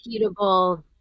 repeatable